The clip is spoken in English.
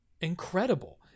incredible